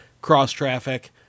cross-traffic